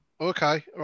Okay